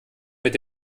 mit